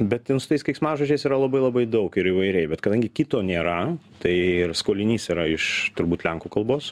bet ten su tais keiksmažodžiais yra labai labai daug ir įvairiai bet kadangi kito nėra tai ir skolinys yra iš turbūt lenkų kalbos